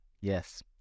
Yes